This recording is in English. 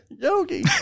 Yogi